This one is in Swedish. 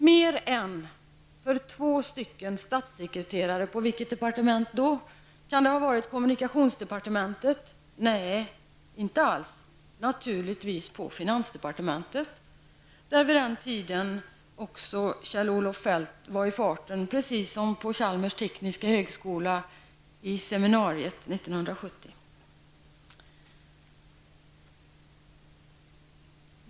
De skulle presenteras för två statssekreterare. På vilket departement då? kan man fråga sig. Kan det ha varit kommunikationsdepartementet? Nej, naturligtvis på finansdepartementet, där vid den här tiden Kjell-Olof Feldt var i farten, precis som vid seminariet på Chalmers tekniska högskola 1970.